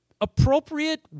appropriate